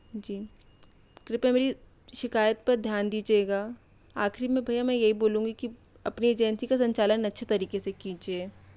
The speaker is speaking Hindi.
जी कृपया मेरी शिकायत पर ध्यान दीजिएगा आख़िर में भय्या मैं यही बोलूँगी कि अपनी एजेंसी का संचालन अच्छे तरीक़े से कीजिए